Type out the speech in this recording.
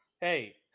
Hey